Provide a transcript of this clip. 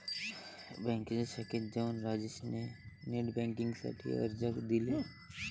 बँकेच्या शाखेत जाऊन राजेश ने नेट बेन्किंग साठी अर्ज दिले